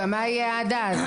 גם מה יהיה עד אז?